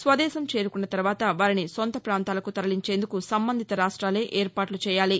స్వదేశం చేరుకున్న తర్వాత వారిని సొంత పాంతాలకు తరలించేందుకు సంబంధిత రాష్ట్రాలే ఏర్పాట్లు చేసుకోవాలి